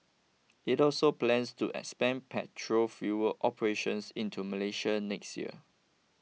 it also plans to expand petrol fuel operations into Malaysia next year